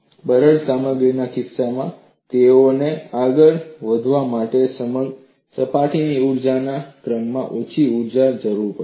બરડ સામગ્રીના કિસ્સામાં તિરાડોને આગળ વધારવા માટે સપાટી ઊર્જાના ક્રમમાં ઓછી ઊર્જાની જરૂર પડે છે